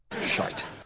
Shite